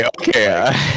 okay